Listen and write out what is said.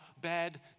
bad